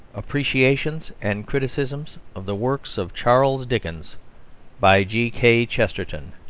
appreciations and criticisms of the works of charles dickens by g. k. chesterton